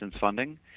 funding